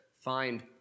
find